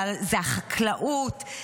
זו החקלאות,